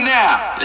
now